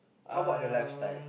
how about the lifestyle